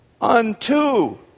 unto